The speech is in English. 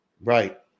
Right